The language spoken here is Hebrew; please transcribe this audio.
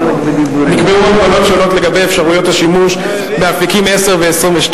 נקבעו הגבלות שונות לגבי אפשרויות השימוש באפיקים 10 ו-22,